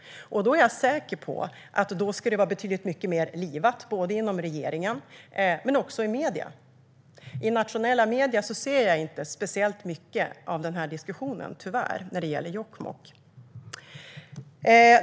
Jag är säker på att det då skulle vara mycket mer livat både inom regeringen och i medierna. I nationella medier ser jag tyvärr inte speciellt mycket av den här diskussionen när det gäller Jokkmokk.